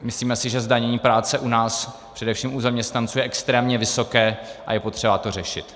Myslíme si, že zdanění práce u nás především u zaměstnanců je extrémně vysoké a je potřeba to řešit.